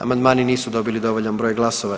Amandmani nisu dobili dovoljan broj glasova.